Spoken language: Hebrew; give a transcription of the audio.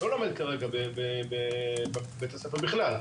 לא לומד כרגע בבית-הספר בכלל,